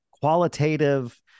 qualitative